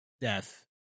death